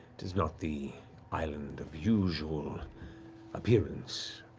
it's not the island of usual appearance.